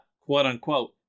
quote-unquote